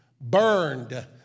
burned